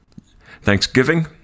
thanksgiving